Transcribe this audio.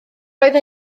oedd